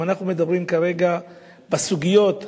אם אנחנו מדברים כרגע בסוגיות הכאובות,